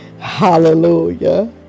hallelujah